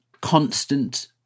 constant